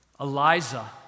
Eliza